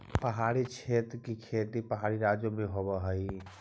पहाड़ी क्षेत्र की खेती पहाड़ी राज्यों में होवअ हई